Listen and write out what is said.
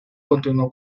continuó